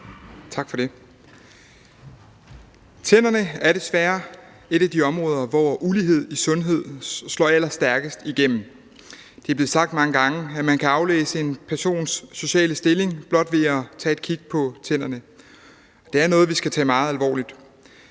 Tak for det. Tænderne er desværre et af de områder, hvor ulighed i sundhed slår allerstærkest igennem. Det er blevet sagt mange gange, at man kan aflæse en persons sociale stilling blot ved at tage et kig på tænderne. Det er noget, vi skal tage meget alvorligt.